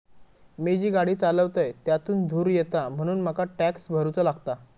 मी जी गाडी चालवतय त्यातुन धुर येता म्हणून मका टॅक्स भरुचो लागता